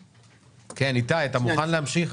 איתי, אתה מוכן להמשיך?